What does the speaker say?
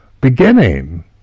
beginning